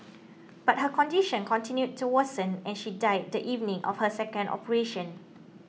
but her condition continued to worsen and she died the evening of her second operation